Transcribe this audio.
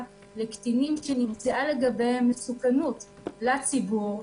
לקטינים שנמצאה לגביהם מסוכנות לציבור,